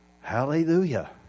Hallelujah